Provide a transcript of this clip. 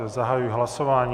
Zahajuji hlasování.